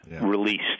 released